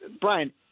Brian